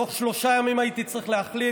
תוך שלושה ימים הייתי צריך להחליט,